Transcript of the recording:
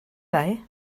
lai